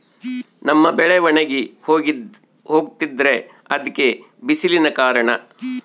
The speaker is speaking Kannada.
ನಮ್ಮ ಬೆಳೆ ಒಣಗಿ ಹೋಗ್ತಿದ್ರ ಅದ್ಕೆ ಬಿಸಿಲೆ ಕಾರಣನ?